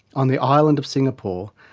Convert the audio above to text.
on the island of singapore,